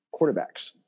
quarterbacks